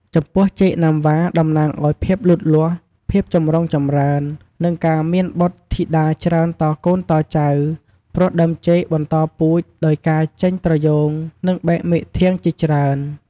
ចំពោះចេកណាំវ៉ា តំណាងឲ្យ ភាពលូតលាស់ ភាពចម្រុងចម្រើន និងការមានបុត្រធីតាច្រើនតកូនតចៅ ព្រោះដើមចេកបន្តពូជដោយការចេញត្រយូង និងបែកមែកធាងជាច្រើន។